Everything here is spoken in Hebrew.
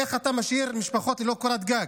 איך אתה משאיר משפחות ללא קורת גג?